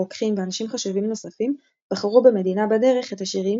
רוקחים ואנשים חשובים נוספים בחרו במדינה בדרך את השירים